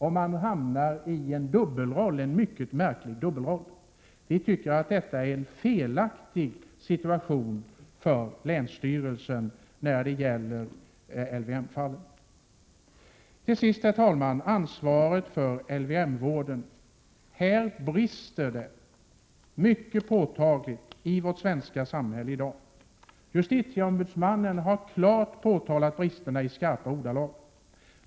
6 Länsstyrelsen får en mycket märklig dubbelroll. Det är ingen bra situation för länsstyrelsen när det gäller LVM-fallen. Till sist, herr talman, om ansvaret för LMV-vården. Här brister det mycket påtagligt i vårt svenska samhälle i dag. Justitieombudsmannen har klart påtalat bristerna i skarpa ordalag.